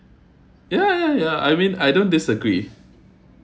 ya ya ya I mean I don't disagree